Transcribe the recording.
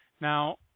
Now